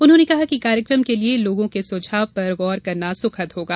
उन्होंने कहा कि कार्यक्रम के लिए लोगों के सुझाव पर गौर करना सुखद होगा